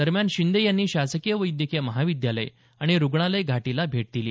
दरम्यान शिंदे यांनी शासकीय वैद्यकीय महाविद्यालय आणि रूग्णालय घाटीला भेट दिली